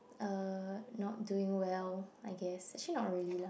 uh not doing well I guess actually not really lah